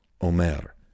Omer